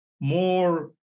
more